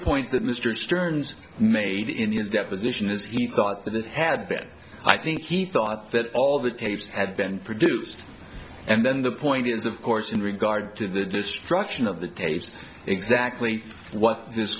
point that mr stern's made in his deposition is he thought that it had that i think he thought that all the tapes had been produced and then the point is of course in regard to the destruction of the tapes exactly what this